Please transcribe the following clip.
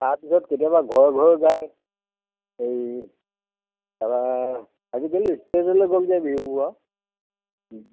তাৰপিছত কেতিয়াবা ঘৰে ঘৰে যায় এই তাপা আজিকালি ষ্টেজলৈ গ'লগৈ বিহু গোৱা